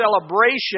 celebration